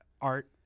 art